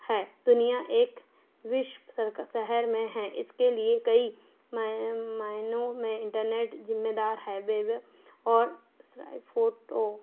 है दुनिया एक विश्व सरका शहर में है इसके लिए कई मय मायनों में इन्टरनेट ज़िम्मेदार है वेब और साई फ़ोटो